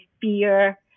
fear